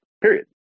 period